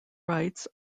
writes